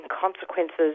consequences